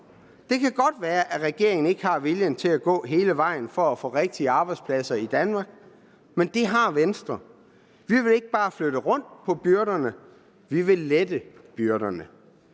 Det kan godt være, at regeringen ikke har viljen til at gå hele vejen for at få rigtige arbejdspladser i Danmark, men det har Venstre. Vi vil ikke bare flytte rundt på byrderne, men vi vil lette byrderne.